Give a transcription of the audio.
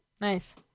Nice